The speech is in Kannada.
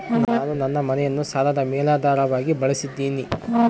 ನಾನು ನನ್ನ ಮನೆಯನ್ನ ಸಾಲದ ಮೇಲಾಧಾರವಾಗಿ ಬಳಸಿದ್ದಿನಿ